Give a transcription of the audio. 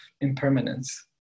impermanence